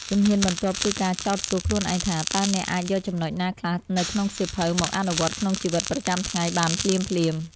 ជំហានបន្ទាប់គឺការចោទសួរខ្លួនឯងថា តើអ្នកអាចយកចំណុចណាខ្លះនៅក្នុងសៀវភៅមកអនុវត្តក្នុងជីវិតប្រចាំថ្ងៃបានភ្លាមៗ។